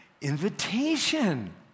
Invitation